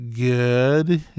good